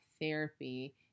therapy